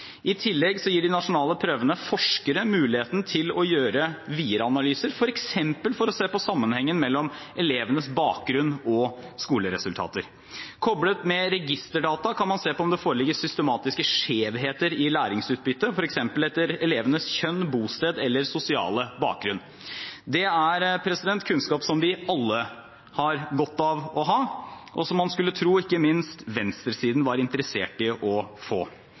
I tillegg gir de nasjonale prøvene forskere muligheten til å gjøre videre analyser, f.eks. for å se på sammenhengen mellom elevenes bakgrunn og skoleresultateter. Koblet med registerdata kan man se på om det foreligger systematiske skjevheter i læringsutbyttet, f.eks. etter elevenes kjønn, bosted eller sosiale bakgrunn. Det er kunnskap som vi alle har godt av å ha, og som man skulle tro ikke minst venstresiden var interessert i å få.